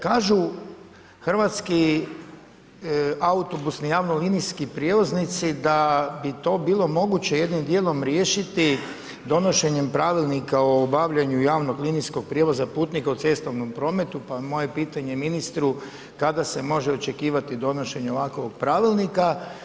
Kažu hrvatski autobusni javno linijski prijevoznici da bi to bilo moguće, jednim dijelom riješiti, donošenjem pravilnika o obavljanju javno linijskog prijevoza putnika u cestovnom prometu, pa moje pitanje, ministru, kada se može očekivati donošenje ovakvoga pravilnika.